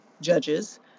judges